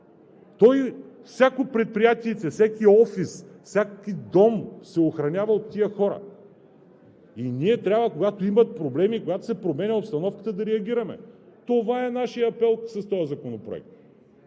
Всяко предприятийце, всеки офис, всеки дом се охранява от тези хора. И когато имат проблеми, когато се променя обстановката, трябва да реагираме. Това е нашият апел с този законопроект.